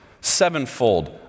sevenfold